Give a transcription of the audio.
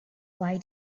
why